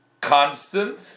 constant